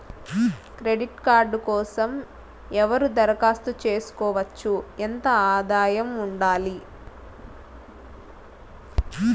Credit card కోసం ఎవరు దరఖాస్తు చేసుకోవచ్చు? ఎంత ఆదాయం ఉండాలి?